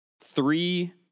three